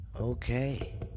Okay